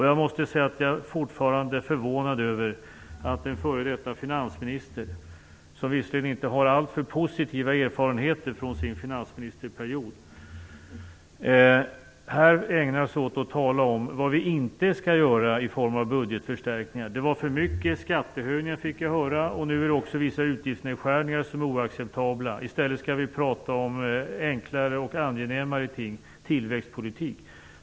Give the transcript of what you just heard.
Jag måste säga att jag fortfarande är förvånad över att en f.d. finansminister, som visserligen inte har alltför positiva erfarenheter från sin finansministerperiod, ägnar sig åt att tala om vad vi inte skall göra i form av budgetförstärkningar. Det var för mycket skattehöjningar fick jag höra och nu är det också vissa utgiftsnedskärningar som är oacceptabla. I stället skall vi prata om enklare och angenämare ting, tillväxtpolitik.